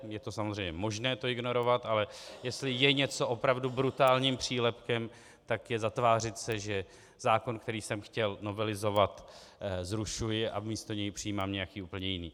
Je to samozřejmě možné ignorovat, ale jestli je něco opravdu brutálním přílepkem, tak je zatvářit se, že zákon, který jsem chtěl novelizovat, zrušuji a místo něj přijímám nějaký úplně jiný.